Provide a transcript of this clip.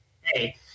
Hey